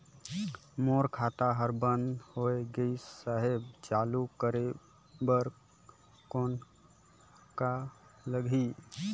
मोर खाता हर बंद होय गिस साहेब चालू करे बार कौन का लगही?